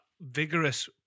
vigorous